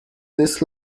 this